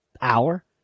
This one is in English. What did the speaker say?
hour